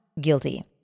guilty